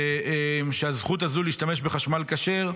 שהזכות הזו להשתמש בחשמל כשר,